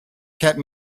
kept